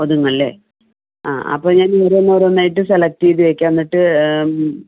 ഒതുങ്ങുമല്ലേ ആ അപ്പം ഞാൻ ഓരോന്നോരോന്നായിട്ട് സെലക്ട് ചെയ്ത് വയ്ക്കാം എന്നിട്ട് ഏം